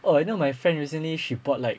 orh I know my friend recently she bought like